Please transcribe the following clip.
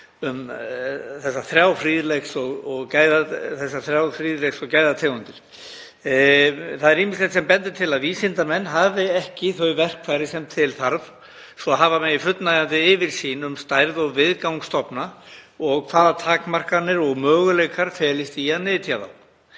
um þrjár fríðleiks- og gæðategundir. Það er ýmislegt sem bendir til að vísindamenn hafi ekki þau verkfæri sem til þarf svo hafa megi fullnægjandi yfirsýn um stærð og viðgang stofna og hvaða takmarkanir og möguleikar felist í að nytja þá.